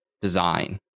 design